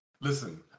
Listen